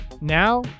Now